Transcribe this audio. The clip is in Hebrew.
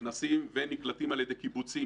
נכנסים ונקלטים על ידי קיבוצים,